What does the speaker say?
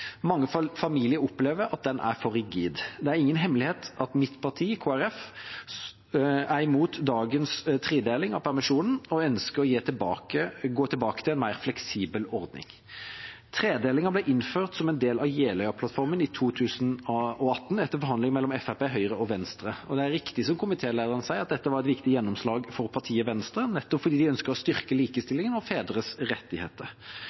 familier opplever at den er for rigid. Det er ingen hemmelighet at mitt parti, Kristelig Folkeparti, er imot dagens tredeling av permisjonen og ønsker å gå tilbake til en mer fleksibel ordning. Tredelingen ble innført som en del av Jeløya-plattformen i 2018, etter forhandling mellom Fremskrittspartiet, Høyre og Venstre. Og det er riktig som komitélederen sier, at dette var et viktig gjennomslag for partiet Venstre, nettopp fordi de ønsket å styrke likestillingen og fedres rettigheter.